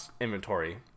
inventory